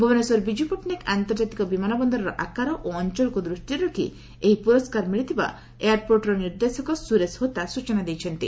ଭୁବନେଶ୍ୱର ବିଜୁ ପଟ୍ଟନାୟକ ଆନ୍ତର୍ଜାତିକ ବିମାନବନ୍ଦରର ଆକାର ଓ ଅଞ୍ଞଳକୁ ଦୃଷ୍ଟିରେ ରଖି ଏହି ପୁରସ୍କାର ମିଳିଥିବା ଏୟାରପୋର୍ଟର ନିର୍ଦ୍ଦେଶକ ସ୍ପରେଶ ହୋତା ସ୍ପଚନା ଦେଇଛନ୍ତି